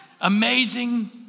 amazing